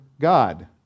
God